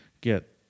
get